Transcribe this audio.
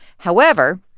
however,